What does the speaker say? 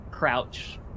crouch